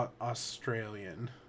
australian